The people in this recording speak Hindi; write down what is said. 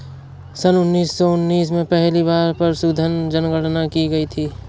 सन उन्नीस सौ उन्नीस में पहली बार पशुधन जनगणना की गई थी